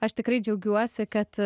aš tikrai džiaugiuosi kad